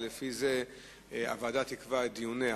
ולפי זה הוועדה תקבע את דיוניה.